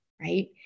right